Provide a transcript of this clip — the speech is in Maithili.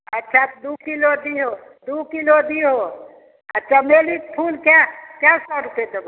अच्छा तऽ दू किलो दिहो दू किलो दिहो आ चमेलीके फुल कए कए सए रुपए देबहो